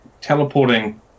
teleporting